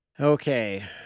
Okay